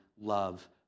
love